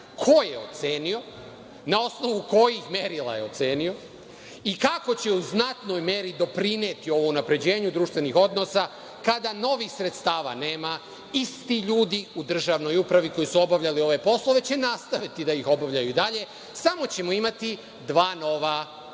ko je ocenio, na osnovu kojih merila je ocenio i kako će u znatnoj meri doprineti ovo unapređenju društvenih odnosa kada novih sredstava nema, isti ljudi u državnoj upravi, koji su obavljali ove poslove, će nastaviti da ih obavljaju i dalje, samo ćemo imati dva nova ministra.